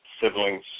siblings